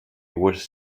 was